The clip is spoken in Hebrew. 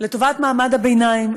לטובת מעמד הביניים,